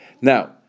Now